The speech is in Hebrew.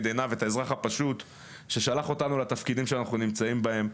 עיניו את האזרח הפשוט ששלח אותנו לתפקידים שאנחנו נמצאים בהם,